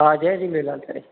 हा जय झूलेलाल साईं